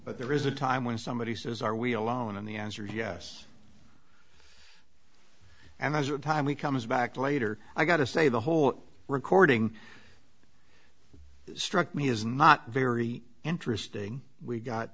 but there is a time when somebody says are we alone and the answer is yes and there's a time he comes back later i got to say the whole recording struck me is not very interesting we got